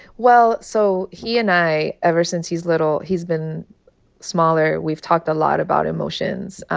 well, so he and i, ever since he's little he's been smaller, we've talked a lot about emotions.